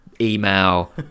email